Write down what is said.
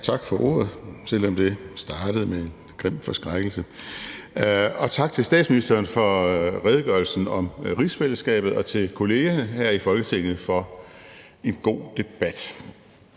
Tak for ordet, selv om det startede med en grim forskrækkelse, og tak til statsministeren for redegørelsen om rigsfællesskabet, og tak til kollegerne her i Folketinget for en god debat.